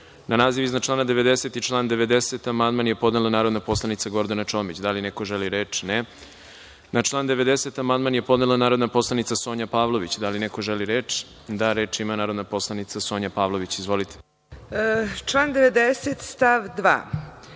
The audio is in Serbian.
naziv iznad člana 66. i član 66. amandman je podnela narodna poslanica Gordana Čomić. Da li neko želi reč? (Ne)Na član 66. amandman je podnela narodna poslanica Sonja Pavlović. Da li neko želi reč? Reč ima narodna poslanica Sonja Pavlović. Izvolite. **Sonja